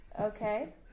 Okay